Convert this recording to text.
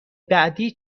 بعدی